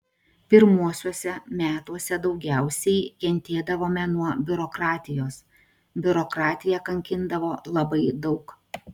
pirmuosiuose metuose daugiausiai kentėdavome nuo biurokratijos biurokratija kankindavo labai daug